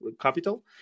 capital